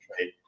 right